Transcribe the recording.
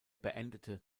beendete